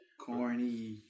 Corny